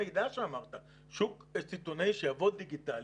שוק סיטונאי שיעבוד דיגיטלי,